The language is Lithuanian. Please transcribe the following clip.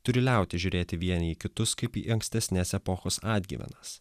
turi liautis žiūrėti vieni į kitus kaip į ankstesnes epochos atgyvenas